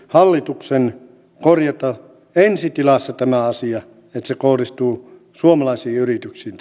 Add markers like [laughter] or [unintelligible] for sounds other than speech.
hallituksen täytyy ensi tilassa korjata tämä asia että tämä tuki kohdistuu suomalaisiin yrityksiin [unintelligible]